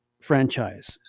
franchise